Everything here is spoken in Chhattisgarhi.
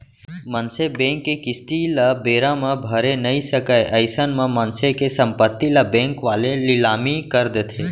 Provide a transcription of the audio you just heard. मनसे बेंक के किस्ती ल बेरा म भरे नइ सकय अइसन म मनसे के संपत्ति ल बेंक वाले लिलामी कर देथे